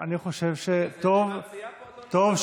אני חושב שטוב, רגע, זה ישיבת סיעה פה, אדוני?